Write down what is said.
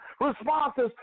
responses